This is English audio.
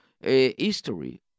history